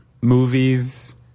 movies